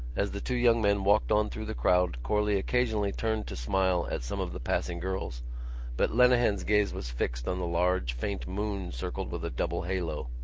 as the two young men walked on through the crowd corley occasionally turned to smile at some of the passing girls but lenehan's gaze was fixed on the large faint moon circled with a double halo.